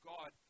God